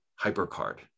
hypercard